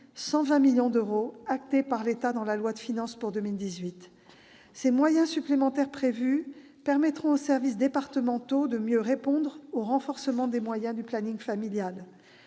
120 millions d'euros, reconnu par l'État dans la loi de finances pour 2018. Ces moyens supplémentaires permettront aux services départementaux de mieux répondre au renforcement des moyens du planning familial.